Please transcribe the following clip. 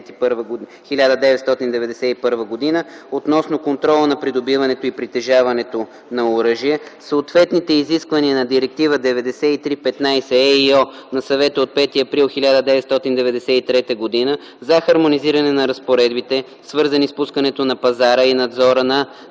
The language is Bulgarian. относно контрола на придобиването и притежаването на оръжие, съответните изисквания на Директива 93/15/ЕИО на Съвета от 5 април 1993 г. за хармонизиране на разпоредбите, свързани с пускането на пазара и надзора на